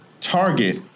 target